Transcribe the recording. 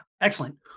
excellent